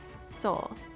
soul